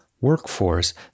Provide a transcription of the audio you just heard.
workforce